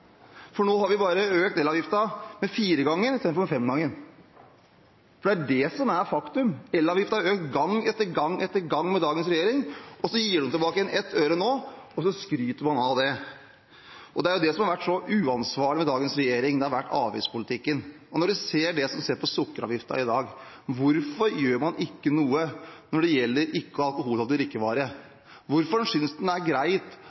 for nå har vi økt elavgiften med bare 4-gangen istedenfor 5-gangen. Det er det som er faktum. Elavgiften har økt gang etter gang etter gang med dagens regjering, og så gir de tilbake igjen 1 øre nå, og så skryter man av det. Det er det som har vært så uansvarlig med dagens regjering, nemlig avgiftspolitikken. Når man ser på sukkeravgiften i dag, hvorfor gjør man ikke noe med ikke-alkoholholdige drikkevarer? Hvorfor synes man det er greit